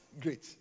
great